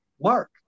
Mark